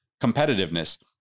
competitiveness